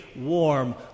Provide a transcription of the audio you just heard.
warm